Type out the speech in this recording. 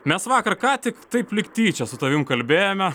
mes vakar ką tik taip lyg tyčia su tavim kalbėjome